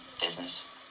business